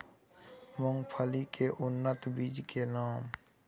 मूंगफली के उन्नत बीज के नाम?